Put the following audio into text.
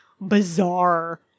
bizarre